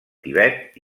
tibet